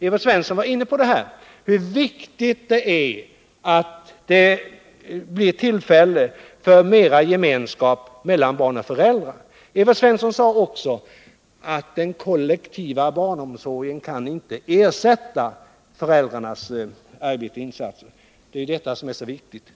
Evert Svensson var inne på hur viktigt det är att barn och föräldrar får tillfälle till större gemenskap. Evert Svensson sade också att den kollektiva barnomsorgen inte kan ersätta föräldrarnas insatser. Det är oerhört betydelsefullt.